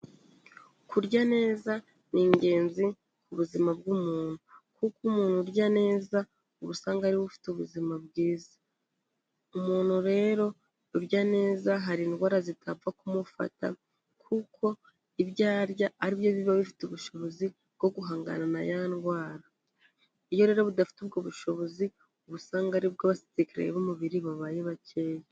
Kurya neza, ni ingenzi ku buzima bw'umuntu, kuko umuntu urya neza ubu usanga ariwe ufite ubuzima bwiza. Umuntu rero urya neza hari indwara zidapfa kumufata, kuko ibyo arya ari byo biba bifite ubushobozi bwo guhangana na ya ndwara. Iyo rero adafite ubwo bushobozi, uba usanga aribwo abasirikare b'umubiri babaye bakeya.